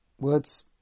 words